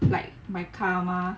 like my karma